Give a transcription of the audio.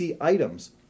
items